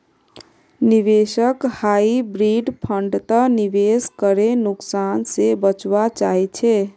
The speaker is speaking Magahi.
निवेशक हाइब्रिड फण्डत निवेश करे नुकसान से बचवा चाहछे